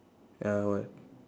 ya what